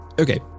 Okay